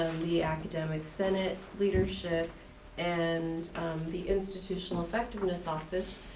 the academic senate leadership and the institutional effectiveness office.